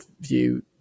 view